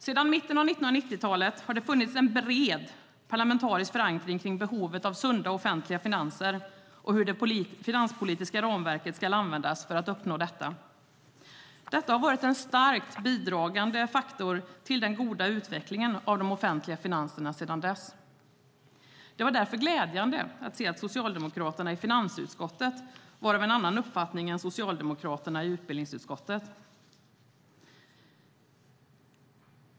Sedan mitten av 1990-talet har det funnits en bred parlamentarisk förankring kring behovet av sunda offentliga finanser och hur det finanspolitiska ramverket ska användas för att uppnå detta. Detta har varit en starkt bidragande faktor till den goda utvecklingen av de offentliga finanserna sedan dess. Det var därför glädjande att se att socialdemokraterna i finansutskottet var av en annan uppfattning än socialdemokraterna i utbildningsutskottet.